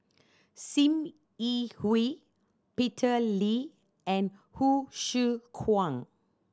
Sim Yi Hui Peter Lee and Hsu Tse Kwang